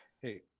Hey